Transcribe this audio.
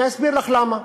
אני אסביר לך למה.